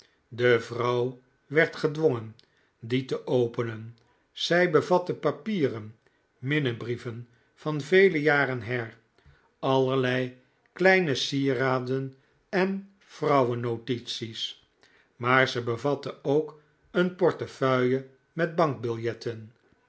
de vrouw werd gedwongen die te openen zij bevatte papieren minnebrieven van vele jaren her allerlei kleine sieraden en vrouwen notities maar ze bevatte ook een portefeuille met